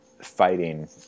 fighting